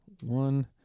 One